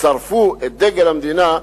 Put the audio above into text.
שרפו את דגל המדינה,